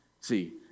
See